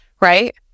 right